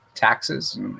Taxes